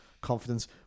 confidence